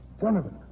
Donovan